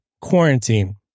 quarantine